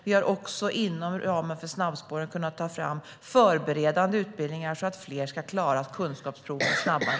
Det har också inom ramen för snabbspåren tagits fram förberedande utbildningar så att fler ska klara kunskapsprovet snabbare.